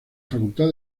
facultad